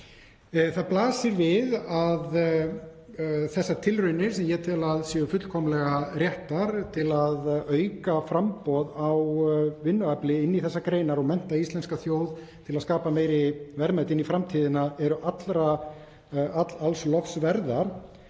Það blasir við að þessar tilraunir, sem ég tel að séu fullkomlega réttar, til að auka framboð á vinnuafli inni í þessar greinar og mennta íslenska þjóð til að skapa meiri verðmæti eru alls lofs verðar